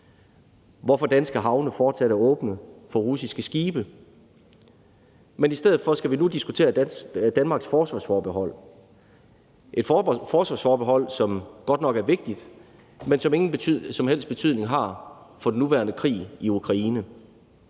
Hvorfor er danske havne fortsat åbne for russiske skibe? I stedet for skal vi nu diskutere Danmarks forsvarsforbehold, et forsvarsforbehold, som godt nok er vigtigt, men som ingen som helst betydning har for den nuværende krig i Ukraine.